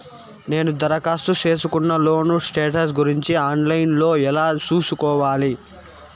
నేను దరఖాస్తు సేసుకున్న లోను స్టేటస్ గురించి ఆన్ లైను లో ఎలా సూసుకోవాలి?